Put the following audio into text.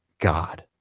God